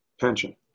pension